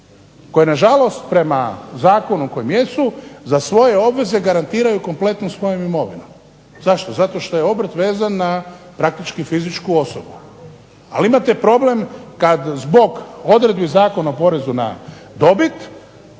koji na žalost prema zakonu u kojem jesu za svoje obveze garantiraju kompletno svojom imovinom. Zašto? Zato što je obrt vezan na praktički fizičku osobu. Ali imate problem kad zbog odredbi Zakona o porezu na dobit